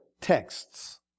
texts